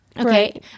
okay